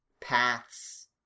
paths